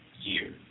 year